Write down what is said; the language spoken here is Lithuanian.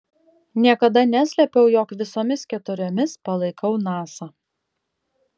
niekada neslėpiau jog visomis keturiomis palaikau nasa